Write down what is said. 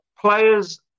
Players